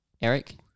Eric